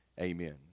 Amen